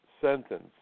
sentence